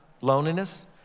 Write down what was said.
loneliness